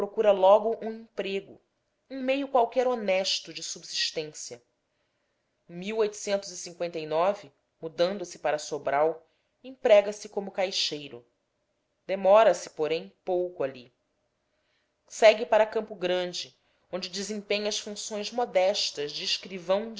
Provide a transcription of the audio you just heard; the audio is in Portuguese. procura logo um emprego um meio qualquer honesto de subsistência a mudando se para sobral emprega se como caixeiro demora se porém pouco ali segue para campo grande onde desempenha as funções modestas de escrivão